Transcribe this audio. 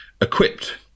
equipped